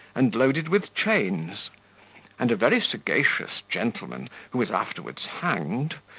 and loaded with chains and a very sagacious gentleman, who was afterwards hanged,